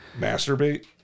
Masturbate